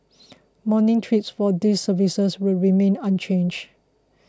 morning trips for these services will remain unchanges